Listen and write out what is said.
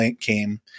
came